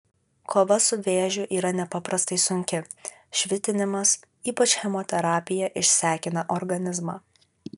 kova su vėžiu yra nepaprastai sunki švitinimas ypač chemoterapija išsekina organizmą